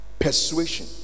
Persuasion